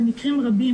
במקרים רבים,